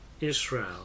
Israel